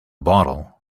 bottle